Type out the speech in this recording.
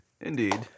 Indeed